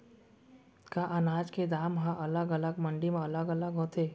का अनाज के दाम हा अलग अलग मंडी म अलग अलग होथे?